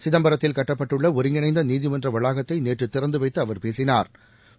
சிதம்பரத்தில் கட்டப்பட்டுள்ள ஒருங்கிணைந்த நீதிமன்ற வளாகத்தை நேற்று திறந்துவைத்து அவா் பேசினா்